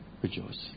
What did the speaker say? Rejoice